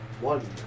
one